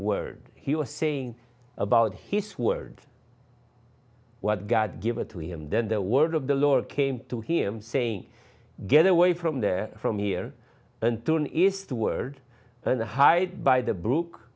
word he was saying about his word what god give it to him then the word of the lord came to him saying get away from there from here and tunis the word and hide by the brook